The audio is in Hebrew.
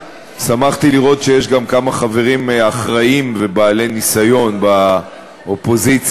לראות שיש גם כמה חברים אחראיים ובעלי ניסיון באופוזיציה